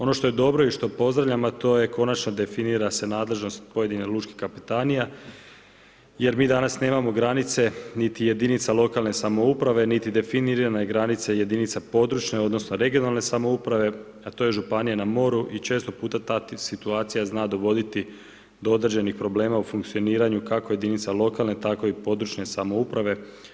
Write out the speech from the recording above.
Ono što je dobro i što pozdravljam, a to je konačno definira se nadležnost pojedine lučke kapetanije, jer mi danas nemamo granice, niti jedinica lokalne samouprave, niti definirane granice jedinica područne odnosno regionalne samouprave, a to je Županija na moru, i često puta ta situacija zna dogoditi do određenih problema u funkcioniranju kako jedinica lokalne, tako i područne samouprave.